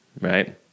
Right